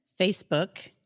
Facebook